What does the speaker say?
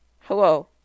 Hello